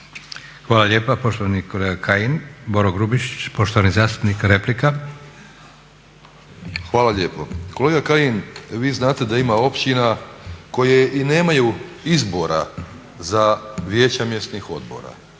Hvala lijepa poštovani kolega Kajin. Boro Grubišić, poštovani zastupnik replika. **Grubišić, Boro (HDSSB)** Hvala lijepo. Kolega Kajin, vi znate da ima općina koje i nemaju izbora za vijeća mjesnih odbora.